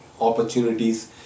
opportunities